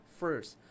first